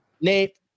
Nate